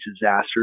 disasters